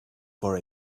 for